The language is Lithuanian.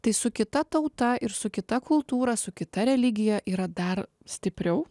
tai su kita tauta ir su kita kultūra su kita religija yra dar stipriau